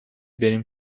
بریم